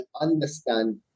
understand